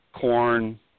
Corn